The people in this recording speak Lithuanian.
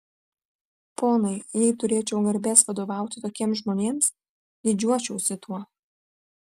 ponai jei turėčiau garbės vadovauti tokiems žmonėms didžiuočiausi tuo